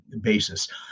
basis